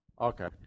Okay